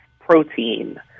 protein